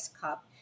Cup